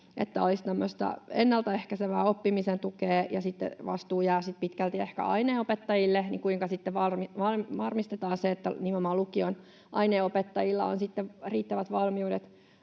tämmöistä ennaltaehkäisevää oppimisen tukea, ja kun sitten vastuu jää pitkälti ehkä aineenopettajille, niin kuinka sitten varmistetaan se, että nimenomaan lukion aineenopettajilla on sitten riittävät valmiudet